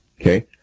Okay